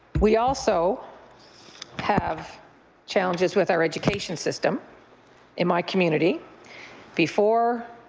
we also have challenges with our education system in my community before